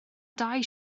dau